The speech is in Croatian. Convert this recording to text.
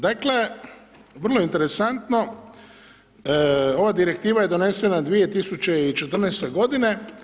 Dakle, vrlo interesantno, ova Direktiva je donesena 2014.-te godine.